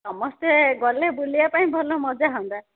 ସମସ୍ତେ ଗଲେ ବୁଲିବା ପାଇଁ ଭଲ ମଜା ହୁଅନ୍ତା